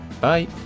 Bye